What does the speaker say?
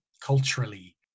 culturally